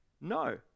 no